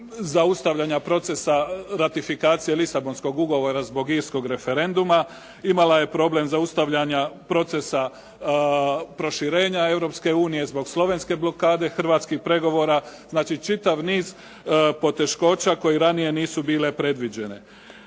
zaustavljanja procesa ratifikacije Lisabonskog ugovora zbog irskog referenduma. Imala je problem zaustavljanja procesa proširenja Europske unije zbog slovenske blokade hrvatskih pregovora. Znači, čitav niz poteškoća koje ranije nisu bile predviđene.